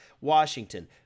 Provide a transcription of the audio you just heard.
Washington